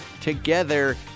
together